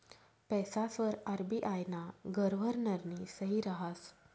पैसासवर आर.बी.आय ना गव्हर्नरनी सही रहास